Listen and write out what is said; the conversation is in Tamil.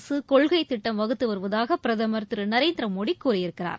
அரசு கொள்கை திட்டம் வகுத்து வருவதாக பிரதமர் திரு நரேந்திர மோடி கூறியிருக்கிறார்